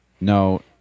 No